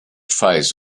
phase